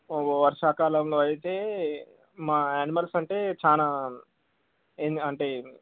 వర్షాకాలంలో అయితే మా ఆనిమల్స్ అంటే చాలా ఏం అంటే